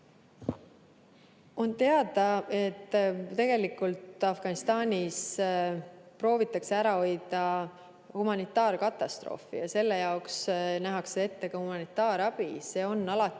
On teada, et tegelikult Afganistanis proovitakse ära hoida humanitaarkatastroofi ja selle jaoks nähakse ette ka humanitaarabi. See on alati